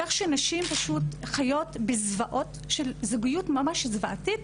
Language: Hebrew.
כך שנשים פשוט חיות בזוועות של זוגיות ממש זוועתית,